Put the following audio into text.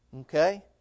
Okay